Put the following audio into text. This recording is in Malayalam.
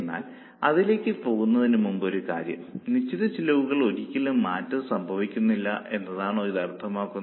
എന്നാൽ അതിലേക്ക് പോകുന്നതിനു മുൻപ് ഒരു കാര്യം നിശ്ചിത ചിലവുകൾ ഒരിക്കലും മാറ്റം സംഭവിക്കുന്നില്ല എന്നാണോ ഇത് അർത്ഥമാക്കുന്നത്